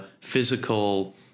physical